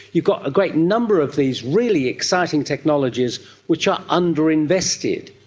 you've got a great number of these really exciting technologies which are underinvested.